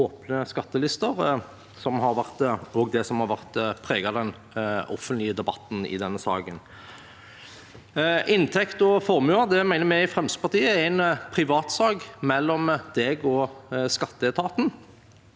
åpne skattelister, som er det som har preget den offentlige debatten i denne saken. Inntekt og formue mener vi i Fremskrittspartiet er en privatsak mellom deg og skatteetaten.